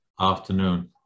afternoon